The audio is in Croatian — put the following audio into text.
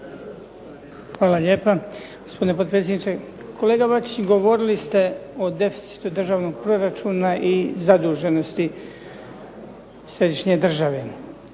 Hvala lijepa, gospodine potpredsjedniče. Kolega Bačić, govorili ste o deficitu državnog proračuna i zaduženosti središnje države.